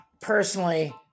personally